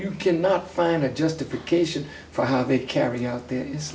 you can not find a justification for how they carry out these